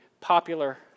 popular